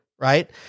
right